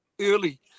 early